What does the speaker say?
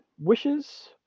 wishes